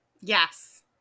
Yes